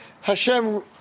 Hashem